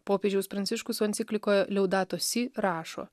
popiežiaus pranciškus enciklikoje leudatos si rašo